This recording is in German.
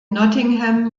nottingham